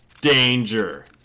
danger